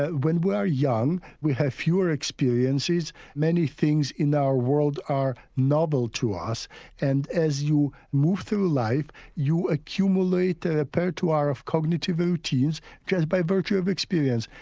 ah when we are young we have fewer experiences. many things in our world are novel to us and as you move through life you accumulate a repertoire of cognitive routines just by virtue of experience.